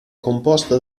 composta